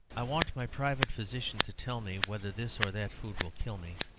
i want my private physician to tell me whether this or that food will kill me.